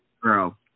Girl